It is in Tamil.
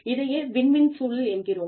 இதையே வின் வின் சூழல் என்கிறோம்